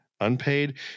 Unpaid